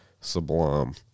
sublime